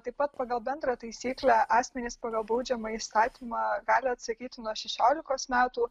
taip pat pagal bendrą taisyklę asmenys pagal baudžiamąjį įstatymą gali atsakyti nuo šešiolikos metų